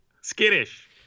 skittish